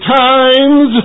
times